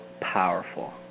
powerful